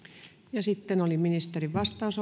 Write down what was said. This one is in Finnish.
ja sitten ministerin vastaus